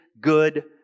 good